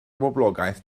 boblogaeth